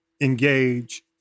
engage